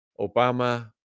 Obama